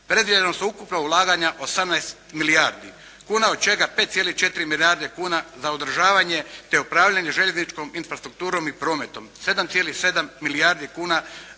predviđena su ukupna ulaganja 18 milijardi kuna od čega 5,4 milijarde kuna za održavanje, te upravljanje željezničkom infrastrukturom i prometom. 7,7 milijardi kuna